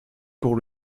pour